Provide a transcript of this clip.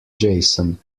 jason